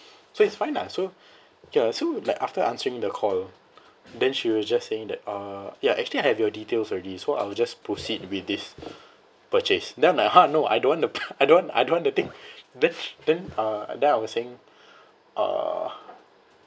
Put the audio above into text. so it's fine lah so ya so like after answering the call then she was just saying that uh ya actually I have your details already so I will just proceed with this purchase then I'm like !huh! no I don't want the I don't want I don't want the thing then uh then I was saying uh